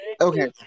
okay